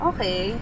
Okay